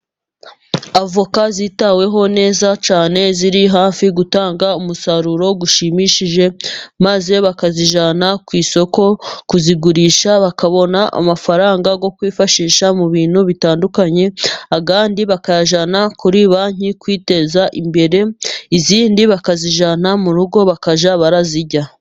Avoka zitaweho neza cyane, ziri hafi gutanga umusaruro ushimishije ,maze bakazijyana ku isoko kuzigurisha, bakabona amafaranga o kwifashisha mu bintu bitandukanye, ayandi bakayajyana kuri banki kwiteza imbere, izindi bakazijyana mu rugo bakajya barazirya.